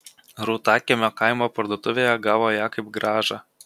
rūtakiemio kaimo parduotuvėje gavo ją kaip grąžą